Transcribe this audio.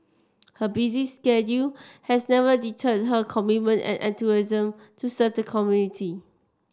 her busy schedule has never deterred her commitment and enthusiasm to serve the community